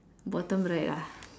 bottom right ah